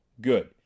Good